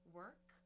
work